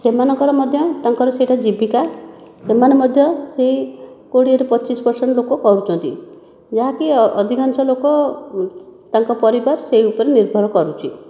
ସେମାନଙ୍କର ମଧ୍ୟ ତାଙ୍କର ସେଇଟା ଜୀବିକା ସେମାନେ ମଧ୍ୟ ସେହି କୋଡ଼ିଏରୁ ପଚିଶ ପରସେଣ୍ଟ ଲୋକ କରୁଛନ୍ତି ଯାହାକି ଅଧିକାଂଶ ଲୋକ ତାଙ୍କ ପରିବାର ସେହି ଉପରେ ନିର୍ଭର କରୁଛି